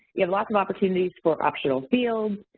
you have lots of opportunities for optional fields,